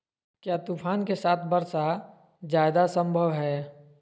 क्या तूफ़ान के साथ वर्षा जायदा संभव है?